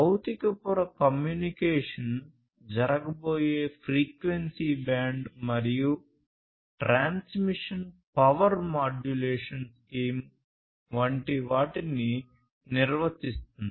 భౌతిక పొర కమ్యూనికేషన్ జరగబోయే ఫ్రీక్వెన్సీ బ్యాండ్ మరియు ట్రాన్స్మిషన్ పవర్ మాడ్యులేషన్ స్కీమ్ వంటి వాటిని నిర్వచిస్తుంది